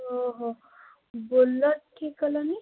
ଓହୋ ବୋଲେରୋ ଠିକ୍ କଲନି